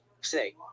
say